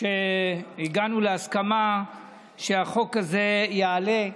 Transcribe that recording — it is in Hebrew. שהגענו להסכמה שהחוק הזה יעלה.